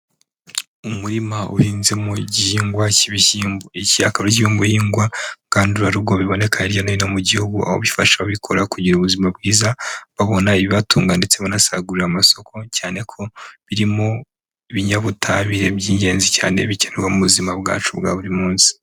Umurima uhinze mu igihingwa cy'ibishyimbo, iki akaba ari kimwe mu bihingwa ngandurarugo biboneka hirya no hino mu gihugu, aho bifasha abikora kugira ubuzima bwiza, babona ibibatunga ndetse banasagurira amasoko, cyane ko birimo ibinyabutabire by'ingenzi cyane bikenerwa mu buzima bwacu bwa buri munsi.